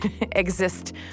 exist